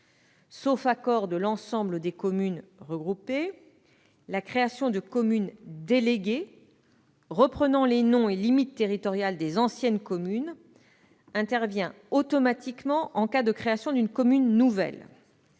Sauf accord de l'ensemble des communes regroupées, la création de communes déléguées reprenant les noms et limites territoriales des anciennes communes intervient automatiquement en cas de création d'une commune nouvelle.